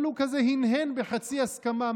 אבל הוא כזה הנהן בחצי הסכמה,